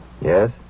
Yes